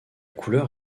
couleur